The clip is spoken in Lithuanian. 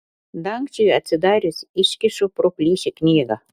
dangčiui atsidarius iškišu pro plyšį knygą